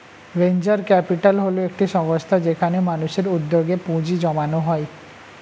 venture capital হল একটি সংস্থা যেখানে মানুষের উদ্যোগে পুঁজি জমানো হয়